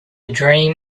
dream